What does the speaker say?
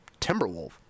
timberwolf